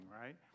right